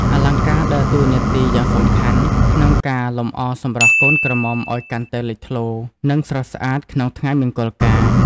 អលង្ការដើរតួនាទីយ៉ាងសំខាន់ក្នុងការលម្អសម្រស់កូនក្រមុំឲ្យកាន់តែលេចធ្លោ និងស្រស់ស្អាតក្នុងថ្ងៃមង្គលការ។